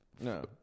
No